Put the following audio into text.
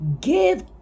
give